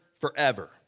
forever